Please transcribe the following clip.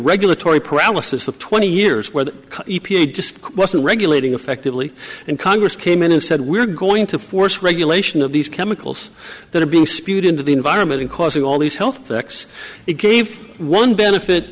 regulatory paralysis of twenty years where the e p a just wasn't regulating effectively and congress came in and said we're going to force regulation of these chemicals that are being spewed into the environment and causing all these health effects it gave one benefit